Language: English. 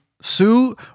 Sue